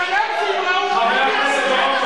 חבר הכנסת בר-און,